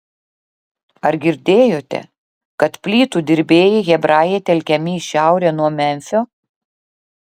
ar girdėjote kad plytų dirbėjai hebrajai telkiami į šiaurę nuo memfio